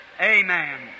Amen